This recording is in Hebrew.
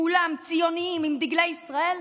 כולם ציונים עם דגלי ישראל,